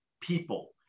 people